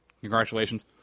congratulations